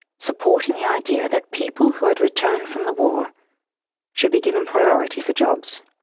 supporting the idea that people who had returned from the war should be given priority for jobs.